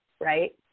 right